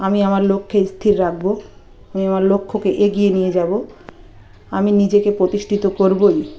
আমি আমার লক্ষ্যে স্থির রাখবো ও আমার লক্ষ্যকে এগিয়ে নিয়ে যাবো আমি নিজেকে প্রতিষ্ঠিত করবোই